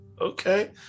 Okay